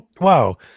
Wow